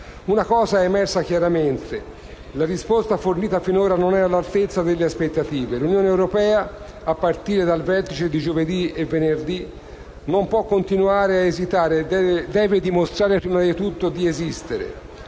Una cosa è emersa chiaramente: la risposta fornita finora non è all'altezza delle aspettative. L'Unione europea, a partire dal vertice di giovedì e venerdì prossimi, non può continuare a esitare e deve dimostrare prima di tutto di esistere.